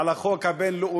על החוק הבין-לאומי,